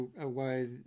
away